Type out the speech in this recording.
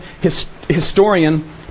historian